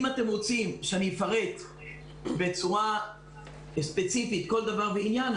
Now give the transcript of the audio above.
אם אתם רוצים שאני אפרט בצורה ספציפית כל דבר ועניין,